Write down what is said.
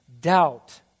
Doubt